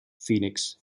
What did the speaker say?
phoenix